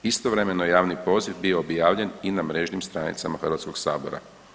Istovremeno je javni poziv bio objavljen i na mrežnim stranicama Hrvatskog sabora.